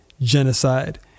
genocide